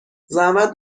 زحمت